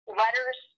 letters